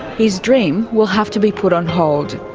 his dream will have to be put on hold.